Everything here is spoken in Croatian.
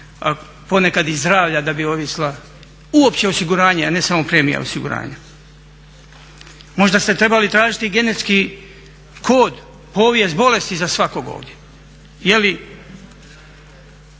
je ponekad i zdravlja da bi ovisila uopće osiguranje, a ne samo premija osiguranja. Možda ste trebali tražiti genetski kod, povijest bolesti za svakog ovdje.